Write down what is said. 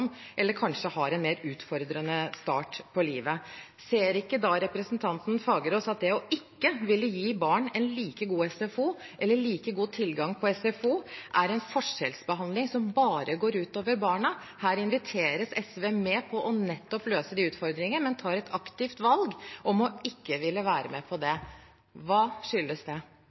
eller kanskje har en mer utfordrende start på livet. Ser ikke representanten Fagerås at det å ikke ville gi barn en like god SFO eller like god tilgang på SFO, er en forskjellsbehandling som bare går ut over barna? Her inviteres SV med på å løse nettopp de utfordringene, men de tar et aktivt valg om ikke å ville være med på det. Hva skyldes det?